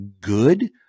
good